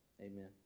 Amen